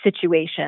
situation